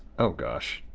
oh gosh.